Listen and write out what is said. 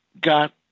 got